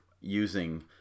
using